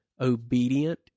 obedient